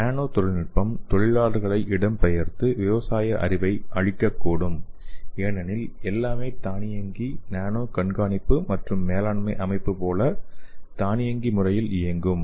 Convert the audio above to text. நானோ தொழில்நுட்பம் தொழிலாளர்களை இடம்பெயர்ந்து விவசாய அறிவை அழிக்கக்கூடும் ஏனெனில் எல்லாமே தானியங்கி நானோ கண்காணிப்பு மற்றும் மேலாண்மை அமைப்பு போல தானியங்கி முறையில் இயங்கும்